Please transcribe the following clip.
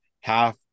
half